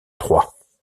troyes